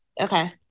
Okay